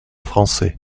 français